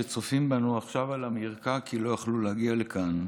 שצופים בנו עכשיו על המרקע כי לא יכלו להגיע לכאן,